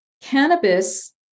Cannabis